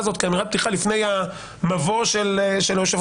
האמירה הזאת כאמירת פתיחה לפני המבוא של יושב